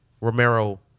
Romero